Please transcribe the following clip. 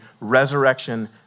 resurrection